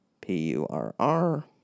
P-U-R-R